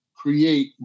Create